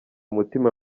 umutima